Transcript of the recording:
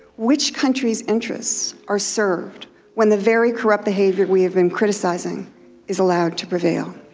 which countries' interests are served when the very corrupt behavior we have been criticizing is allowed to prevail?